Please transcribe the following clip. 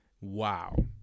Wow